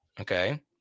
Okay